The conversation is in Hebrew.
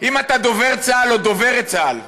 אם אתה דובר צה"ל או דוברת צה"ל,